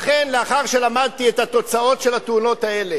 לכן, לאחר שלמדתי את התוצאות של התאונות האלה